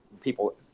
People